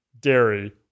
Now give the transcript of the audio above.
dairy